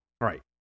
right